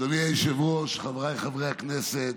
אדוני היושב-ראש, חבריי חברי הכנסת,